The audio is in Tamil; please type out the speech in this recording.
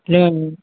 இல்லை மேம்